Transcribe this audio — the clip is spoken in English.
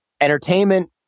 entertainment